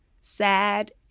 sad